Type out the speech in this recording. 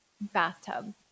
bathtub